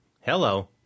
Hello